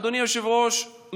אדוני היושב-ראש,